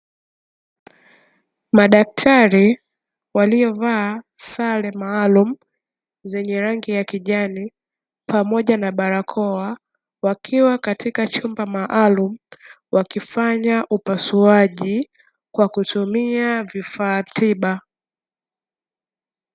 Madaktari waliovaa sare maalumu, zenye rangi ya kijani pamoja na barakoa, wakiwa katika chumba maalumu, wakifanya upasuaji kwa kutumia vifaa tiba.